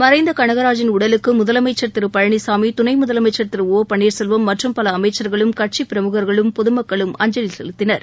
மறைந்த கனகராஜின் உடலுக்கு முதலமைச்சர் திரு பழனிசாமி துணை முதலமைச்சர் திரு ஒ பன்னீர்செல்வம் மற்றும் பல அமைச்சர்களும் கட்சி பிரமுகர்களும் பொதுமக்களும் அஞ்சலி செலுத்தினர்